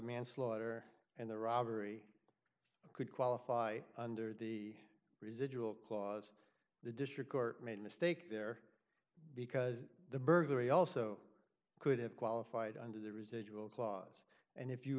manslaughter and the robbery could qualify under the residual clause the district court made a mistake there because the burglary also could have qualified under the residual clause and if you